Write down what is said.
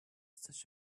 such